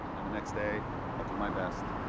and the next day i'll do my best.